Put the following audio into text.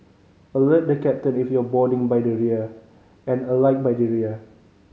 alert the captain if you're boarding by the rear and alight by the rear